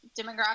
demographic